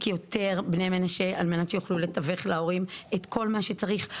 יותר בני מנשה על מנת שיוכלו לתווך להורים את כל מה שצריך.